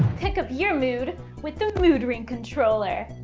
pick up your mood with the mood ring controller.